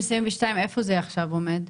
איפה זה עכשיו עומד?